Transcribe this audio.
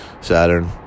Saturn